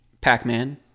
Pac-Man